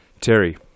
Terry